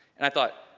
and i thought,